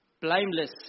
blameless